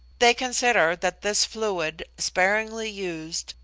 they consider that this fluid, sparingly used,